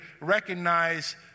recognize